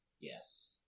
yes